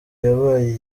yabaye